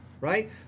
right